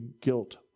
guilt